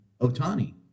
Otani